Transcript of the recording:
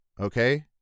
okay